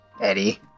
Eddie